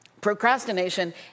Procrastination